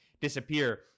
disappear